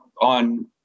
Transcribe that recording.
on